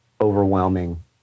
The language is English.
overwhelming